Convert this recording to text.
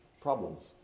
problems